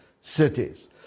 cities